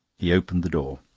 he opened the door.